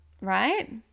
right